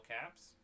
caps